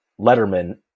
Letterman